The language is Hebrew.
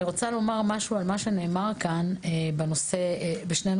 אני רוצה לומר משהו על מה שנאמר כאן בשני נושאים.